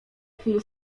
chwil